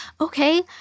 Okay